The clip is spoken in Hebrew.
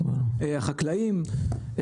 החקלאים,